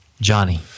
johnny